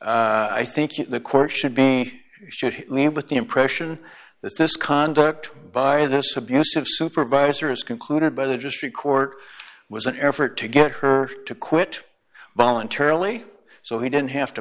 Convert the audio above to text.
i think the court should be should leave with the impression that this conduct by this abusive supervisor is concluded by the district court was an effort to get her to quit voluntarily so he didn't have to